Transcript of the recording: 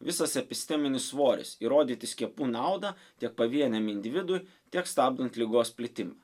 visas episteminis svoris įrodyti skiepų nauda tiek pavieniam individui tiek stabdant ligos plitimą